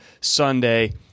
Sunday